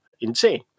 insane